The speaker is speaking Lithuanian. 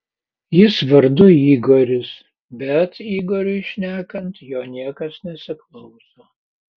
jis vardu igoris bet igoriui šnekant jo niekas nesiklauso